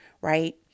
right